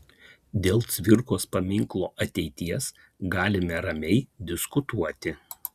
dėl cvirkos paminklo ateities galime ramiai diskutuoti